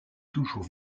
toujours